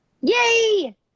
Yay